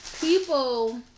people